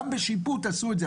גם בשיפוט עשו את זה.